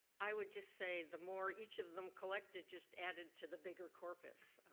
i would just say the more each of them collected just added to the bigger corpus.